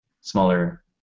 smaller